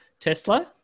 Tesla